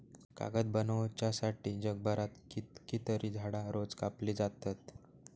कागद बनवच्यासाठी जगभरात कितकीतरी झाडां रोज कापली जातत